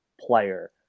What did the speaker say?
player